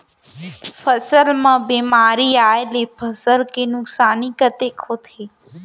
फसल म बेमारी आए ले फसल के नुकसानी कतेक होथे?